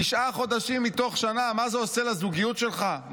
תשעה חודשים מתוך שנה, מה זה עושה לזוגיות שלך,